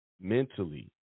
mentally